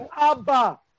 Abba